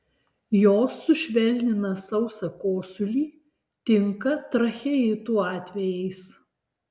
jos sušvelnina sausą kosulį tinka tracheitų atvejais